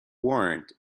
warned